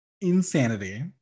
insanity